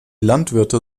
landwirte